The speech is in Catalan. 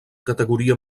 categoria